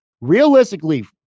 Realistically